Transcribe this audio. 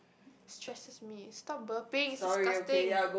stresses me stop burping it's disgusting